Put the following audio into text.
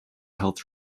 health